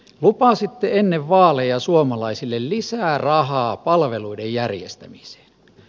lupasitte ennen vaaleja suomalaisille lisää rahaa palveluiden järjestämiseen